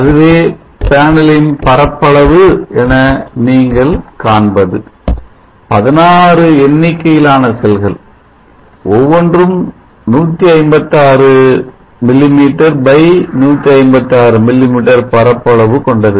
ஆகவே பேனலின் பரப்பளவு என நீங்கள் காண்பது 16 எண்ணிக்கையிலான செல்கள் ஒவ்வொன்றும் 156 mm x 156 mm பரப்பளவு கொண்டது